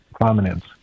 prominence